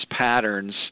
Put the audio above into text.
patterns